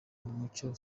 mucyo